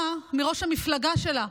מראש המפלגה שלה,